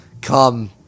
come